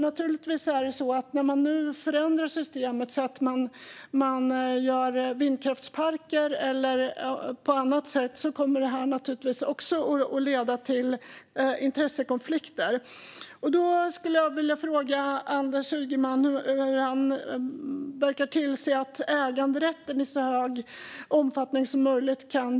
Naturligtvis är det så att när man nu förändrar systemet och gör vindkraftsparker eller ändrar detta på annat sätt kommer det också att leda till intressekonflikter. Då skulle jag vilja fråga Anders Ygeman hur han ska tillse att äganderätten kan beaktas i så stor omfattning som möjligt.